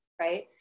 right